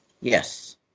Yes